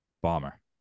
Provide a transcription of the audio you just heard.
bomber